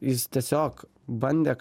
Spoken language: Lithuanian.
jis tiesiog bandė